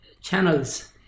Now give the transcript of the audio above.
channels